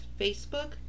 Facebook